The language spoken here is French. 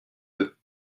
deux